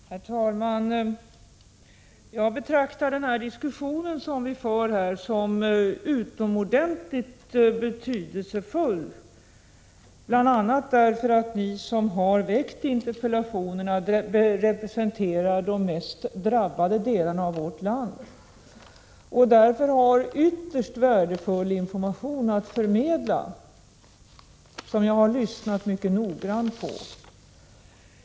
Herr talman! Jag betraktar den diskussion som vi för här som utomordentligt betydelsefull, bl.a. därför att de som har väckt interpellationerna representerar de mest drabbade delarna av vårt land och därför har utomordentligt värdefull information att förmedla, som jag har lyssnat mycket noggrant på.